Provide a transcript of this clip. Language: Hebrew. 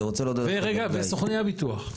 ולסוכני הביטוח,